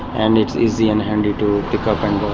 and it's easy and handy to pick up and go.